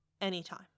anytime